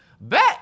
bet